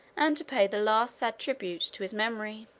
and to pay the last sad tribute to his memory.